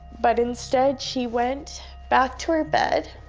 but instead, she went back to her bed